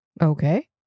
Okay